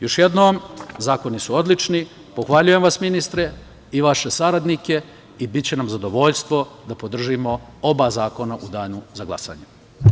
Još jednom, zakoni su odlični, pohvaljujem vas, ministre, i vaše saradnike i biće nam zadovoljstvo da podržimo oba zakona u danu za glasanje.